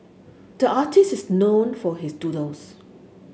the artist is known for his doodles